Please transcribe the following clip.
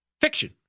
fiction